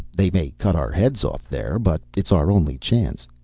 they may cut our heads off there, but it's our only chance.